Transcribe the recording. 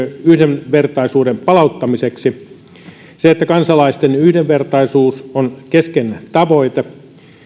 yhdenvertaisuuden palauttamiseksi kansalaisten yhdenvertaisuus on keskeinen tavoite